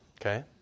okay